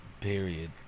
Period